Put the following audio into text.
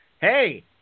hey